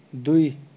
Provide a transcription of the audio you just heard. ଦୁଇ